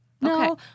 No